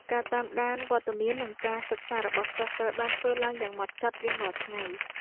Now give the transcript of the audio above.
ការតាមដានវត្តមាននិងការសិក្សារបស់សិស្សត្រូវបានធ្វើឡើងយ៉ាងហ្មត់ចត់រៀងរាល់ថ្ងៃ។